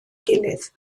gilydd